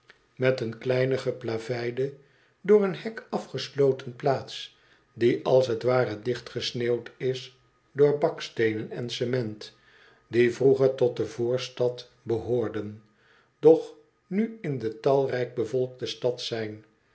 met een kleine geplaveide door een hek afgesloten plaats die als t ware dichtgesneeuwd is door baksteenen en cement die vroeger tot de voorstad behoorden doch nu in de talrijk bevolkte stad zijn